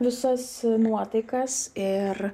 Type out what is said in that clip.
visas nuotaikas ir